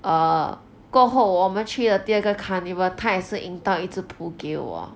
err 过后我们去了第二个 carnival 他也是赢到一个 pooh 给我